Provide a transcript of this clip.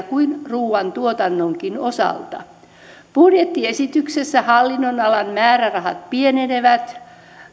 kuin ruoantuotannonkin osalta budjettiesityksessä hallinnonalan määrärahat pienenevät